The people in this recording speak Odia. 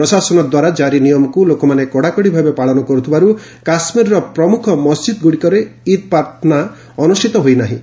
ପ୍ରଶାସନ ଦ୍ୱାରା ଜାରି ନିୟମକୁ ଲୋକମାନେ କଡ଼ାକଡ଼ି ଭାବେ ପାଳନ କରୁଥିବାରୁ କାଶ୍ମୀରର ପ୍ରମୁଖ ମସ୍ଜିଦ୍ଗୁଡ଼ିକରେ ଇଦ୍ ପ୍ରାର୍ଥନା ଅନୁଷ୍ଠିତ ହୋଇ ନାହିଁ